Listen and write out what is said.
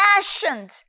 fashioned